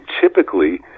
typically